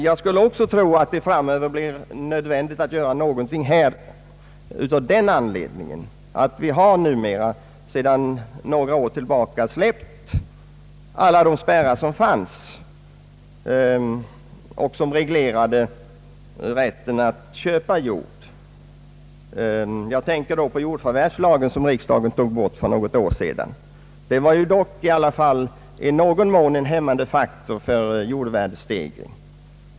Jag skulle också tro att det framöver blir nödvändigt att göra någonting av den anledningen att vi för några år sedan släppte alla de spärrar som fanns och som reglerade rätten att köpa jord. Jag tänker på jordförvärvslagen, som riksdagen tog bort för några år sedan. Den var dock i någon mån en hämmande faktor mot jordvärdestegring.